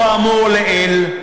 לאור האמור לעיל,